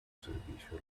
servicio